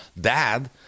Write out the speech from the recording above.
dad